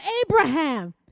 Abraham